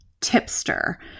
tipster